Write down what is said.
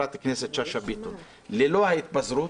חברת הכנסת שאשא ביטון ללא ההתפזרות,